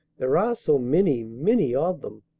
there are so many, many of them!